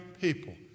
people